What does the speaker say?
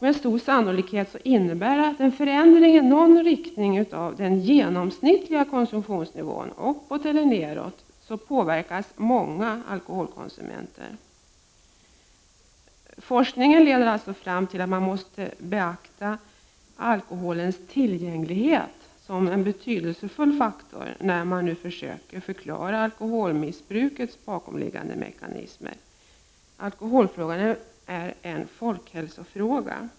Med stor sannolikhet innebär en förändring i någon riktning av den genomsnittliga konsumtionsnivån — uppåt eller nedåt — att många alkoholkonsumenter påverkas. I enlighet med forskningsresultaten måste man beakta alkoholens tillgänglighet som en betydelsefull faktor när man försöker förklara alkoholmissbrukets bakomliggande mekanismer. Alkoholfrågan är en folkhälsofråga.